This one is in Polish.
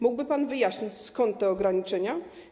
Mógłby pan wyjaśnić, skąd te ograniczenia?